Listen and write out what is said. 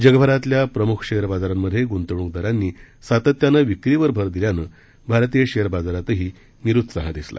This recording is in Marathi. जगभरातल्या प्रमुख शेअर बाजारामध्ये गुंतवणूकदारांनी सातत्यानं विक्रीवर भर दिल्यानं भारतीय शेअर बाजारातही निरुत्साह दिसला